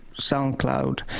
SoundCloud